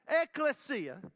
ecclesia